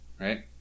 right